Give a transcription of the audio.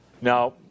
Now